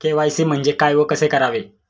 KYC म्हणजे काय व कसे करावे?